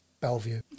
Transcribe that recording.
Bellevue